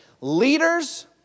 Leaders